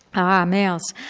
ah males.